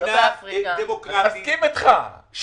במדינה דמוקרטית,